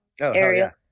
area